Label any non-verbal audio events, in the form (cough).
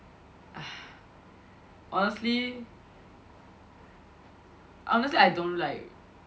(breath) honestly honestly I don't like